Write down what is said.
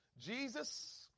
Jesus